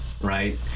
right